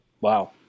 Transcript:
Wow